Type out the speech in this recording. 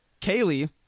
Kaylee